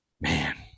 man